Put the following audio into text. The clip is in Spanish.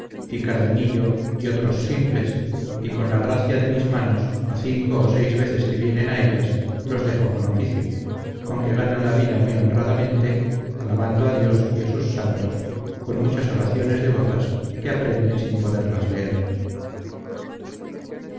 y cardenillo y otros simples y con la gracia de mis manos a cinco o seis veces que vienen a ellas los dejo con oficio con que ganan la vida muy honradamente alabando a dios y a sus santos con muchas oraciones devotas que aprenden sin poderlas leer